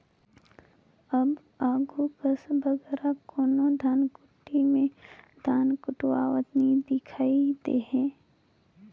अब आघु कस बगरा कोनो धनकुट्टी में धान कुटवावत नी दिखई देहें